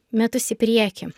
metus į priekį